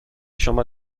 شما